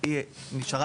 היא לא יכולה.